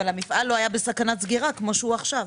אבל המפעל לא היה בסכנת סגירה כמו שהוא עכשיו.